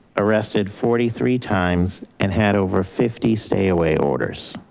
arrested forty three times and had over fifty stay away orders.